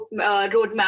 roadmap